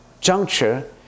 juncture